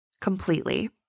completely